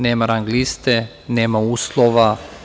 Nema rang liste, nema uslova.